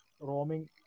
roaming